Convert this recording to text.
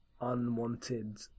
unwanted